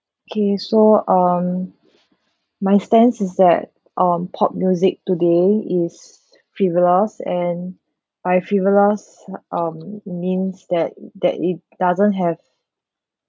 okay so um my stance is that um pop music today is frivolous and by frivolous uh um means that that it doesn't have